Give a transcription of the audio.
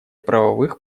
правовых